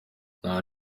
nta